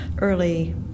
early